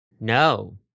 No